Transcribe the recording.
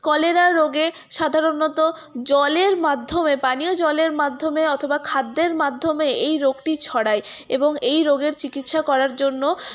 cholera রোগে সাধারণত জলের মাধ্যমে পানীয় জলের মাধ্যমে অথবা খাদ্যের মাধ্যমে এই রোগটি ছড়ায় এবং এই রোগের চিকিৎসা করার জন্য